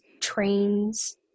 trains